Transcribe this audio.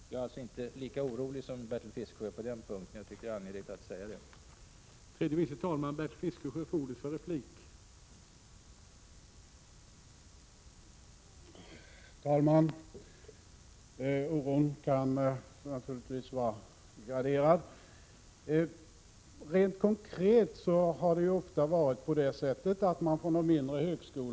Jag är alltså inte lika orolig som Bertil Fiskesjö på den punkten, och det tycker jag är angeläget att säga.